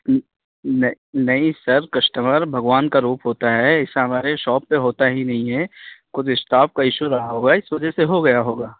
نہیں نہیں sir customer بھگوان کا روپ ہوتا ہے ایسا ہماری شاپ پہ ہوتا ہی نہیں ہے کچھ اسٹاف کا ایشو رہا ہوگا اس وجہ سے ہو گیا ہوگا